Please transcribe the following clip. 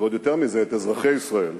ועוד יותר מזה, את אזרחי ישראל,